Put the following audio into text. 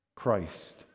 Christ